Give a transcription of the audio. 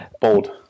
Bold